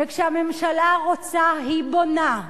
וכשהממשלה רוצה היא בונה.